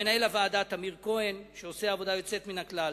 מנהל הוועדה טמיר כהן שעושה עבודה יוצאת מן הכלל,